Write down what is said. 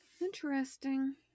Interesting